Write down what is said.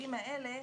הילדים האלה,